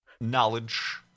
knowledge